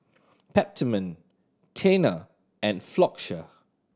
Peptamen Tena and Floxia